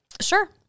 Sure